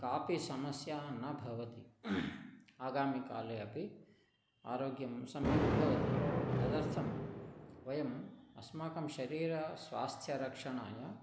कापि समस्या न भवति आगामिकाले अपि आरोग्यं सम्यक् भवति तदर्थं वयम् अस्माकं शरीरस्वास्थ्यरक्षणाय